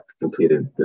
completed